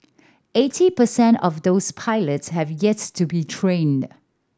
eighty per cent of those pilots have yet to be trained